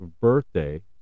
birthday